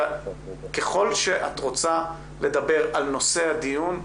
וככל שאת רוצה לדבר על נושא הדיון,